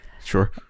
Sure